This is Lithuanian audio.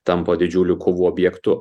tampa didžiulių kovų objektu